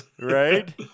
right